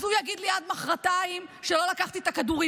אז הוא יגיד לי עד מוחרתיים שלא לקחתי את הכדורים,